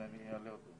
אני אעלה אותו.